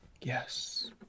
yes